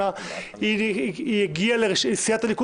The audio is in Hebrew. יש סיעה משותפת או מיזוג?